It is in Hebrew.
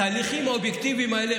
התהליכים האובייקטיביים האלה,